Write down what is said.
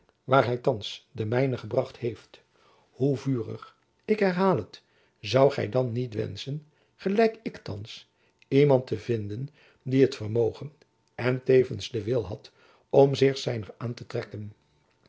waar hy thands den mijne gebracht heeft hoe vurig ik herhaal het zoudt gy dan niet wenschen gelijk ik thands iemand te vinden die t vermogen en tevens den wil had om zich zijner aan te trekken